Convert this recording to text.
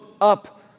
up